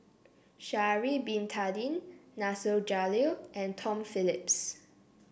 Sha'ari Bin Tadin Nasir Jalil and Tom Phillips